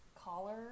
collar